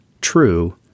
true